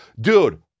Dude